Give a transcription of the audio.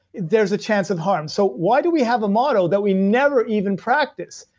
there's a chance of harm so why do we have a motto that we never even practice.